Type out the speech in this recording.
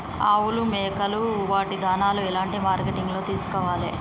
ఆవులు మేకలు వాటి దాణాలు ఎలాంటి మార్కెటింగ్ లో తీసుకోవాలి?